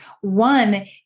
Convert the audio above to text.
One